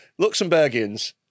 Luxembourgians